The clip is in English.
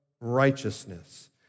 righteousness